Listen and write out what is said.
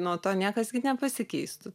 nuo to niekas gi nepasikeistų